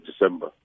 December